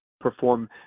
perform